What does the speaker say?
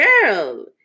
Girl